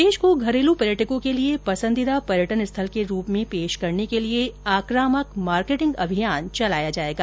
प्रदेश को घरेलू पर्यटकों के लिए पसंदीदा पर्यटन स्थल के रूप में पेश करने के लिए आकामक मार्केटिंग अभियान चलाया जाएगा